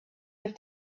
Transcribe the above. have